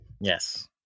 yes